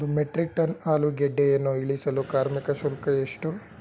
ಒಂದು metric tonne ಆಲೂಗೆಡ್ಡೆಯನ್ನು ಇಳಿಸಲು ಕಾರ್ಮಿಕ ಶುಲ್ಕ ಎಷ್ಟು?